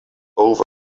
over